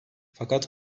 fakat